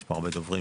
יש פה הרבה דוברים,